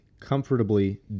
comfortably